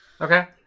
Okay